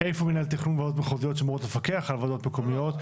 איפה מינהל תכנון וועדות מחוזיות שאמורות לפקח על הוועדות המקומיות.